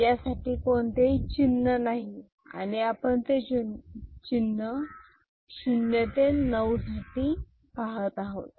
यासाठी कोणतेही चिन्ह नाही आणि आपण शून्य ते नऊ साठी चिन्ह पाहत आहोत